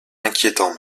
inquiétant